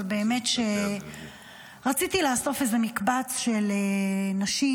אבל באמת שרציתי לאסוף איזה מקבץ של נשים,